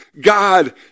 God